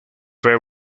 fue